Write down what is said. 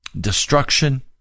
destruction